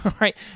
right